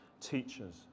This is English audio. teachers